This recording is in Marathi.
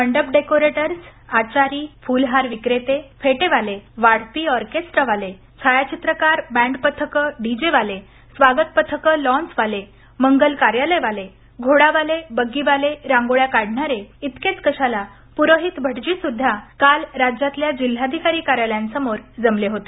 मंडप डेकोरेटर्स आचारी फुल हार विक्रेते फेटेवाले वाढपी ऑर्केस्ट्रावाले छायाचित्रकार बॅण्डपथक डीजेवाले स्वागत पथक लॉन्सवाले मंगल कार्यालयालय वाले घोडावाले बग्गीवाले रांगोळ्या काढणारे इतकेच कशाला पुरोहित भटजी सुद्धा काल राज्यातल्या जिल्हाधिकारी कार्यालयांसमोर जमले होते